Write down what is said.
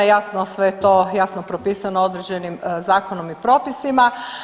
Jasno sve to jasno propisano određenim zakonom i propisima.